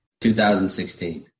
2016